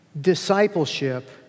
discipleship